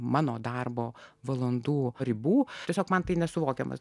mano darbo valandų ribų tiesiog man tai nesuvokiamas